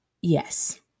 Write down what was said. yes